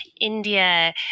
India